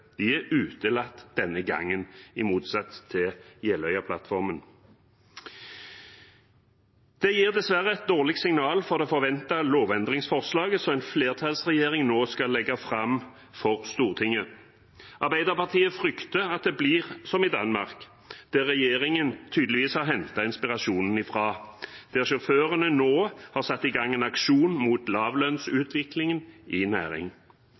De er utelatt denne gangen, i motsats til i Jeløya-plattformen. Det gir dessverre et dårlig signal for det forventede lovendringsforslaget som en flertallsregjering nå skal legge fram for Stortinget. Arbeiderpartiet frykter at det blir som i Danmark, som regjeringen tydeligvis har hentet inspirasjonen ifra. Der har sjåførene nå satt i gang en aksjon mot lavlønnsutviklingen i